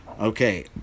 Okay